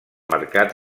mercat